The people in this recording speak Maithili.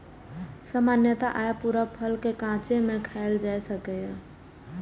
सामान्यतः अय पूरा फल कें कांचे मे खायल जा सकैए